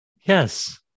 Yes